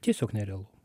tiesiog nerealu